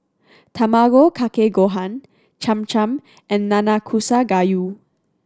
Tamago Kake Gohan Cham Cham and Nanakusa Gayu